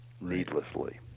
needlessly